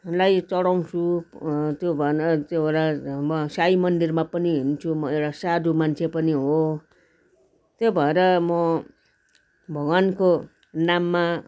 लाई चढाउँछु त्यो म साई मन्दिरमा पनि हिँड्छु म एउटा साधु मान्छे पनि हो त्यो भएर म भगवान्को नाममा